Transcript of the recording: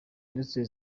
ndetse